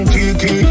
Kiki